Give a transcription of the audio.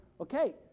okay